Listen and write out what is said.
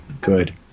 good